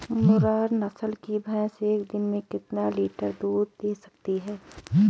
मुर्रा नस्ल की भैंस एक दिन में कितना लीटर दूध दें सकती है?